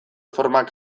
formak